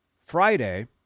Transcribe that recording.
Friday